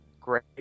Great